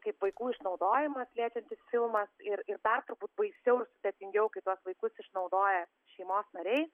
kaip vaikų išnaudojimas liečiantis filmas ir ir dar turbūt baisiau ir sudėtingiau kai tuos vaikus išnaudoja šeimos nariai